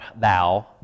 thou